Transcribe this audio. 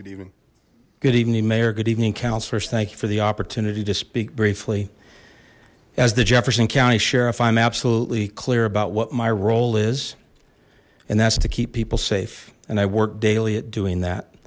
you good evening mayor good evening councillors thank you for the opportunity to speak briefly as the jefferson county sheriff i'm absolutely clear about what my role is and that's to keep people safe and i work daily at doing that